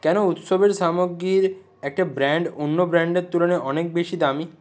কেন উৎসবের সামগ্রীর একটা ব্র্যাণ্ড অন্য ব্র্যাণ্ডের তুলনায় অনেক বেশি দামী